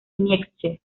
nietzsche